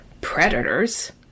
predators